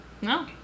No